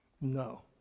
No